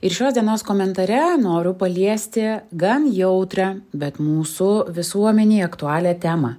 ir šios dienos komentare noriu paliesti gan jautrią bet mūsų visuomenei aktualią temą